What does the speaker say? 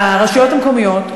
הרשויות המקומיות,